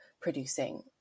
producing